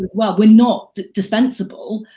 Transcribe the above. while we're not dispensable.